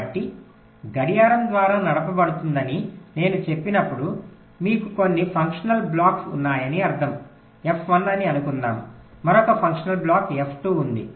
కాబట్టి గడియారం ద్వారా నడపబడుతుందని నేను చెప్పినప్పుడు మీకు కొన్ని ఫంక్షనల్ బ్లాక్స్ ఉన్నాయని అర్థం F1 అని అనుకుందాము మరొక ఫంక్షనల్ బ్లాక్ F2 ఉంది